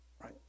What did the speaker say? right